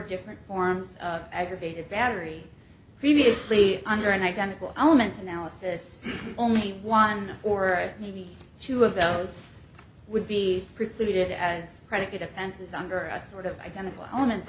different forms of aggravated battery previously under and identical elements analysis only one or two of those would be precluded as predicate offenses under a sort of identical elements